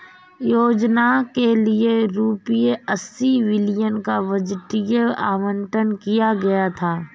योजना के लिए रूपए अस्सी बिलियन का बजटीय आवंटन किया गया था